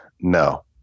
no